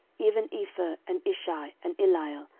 even epher, and ishi, and eliel,